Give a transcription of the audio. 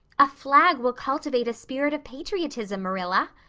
a flag will cultivate a spirit of patriotism, marilla.